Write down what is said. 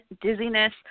dizziness